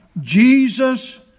Jesus